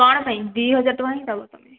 କ'ଣ ପାଇଁ ଦୁଇ ହଜାର ଟଙ୍କା ହିଁ ଦେବ ତୁମେ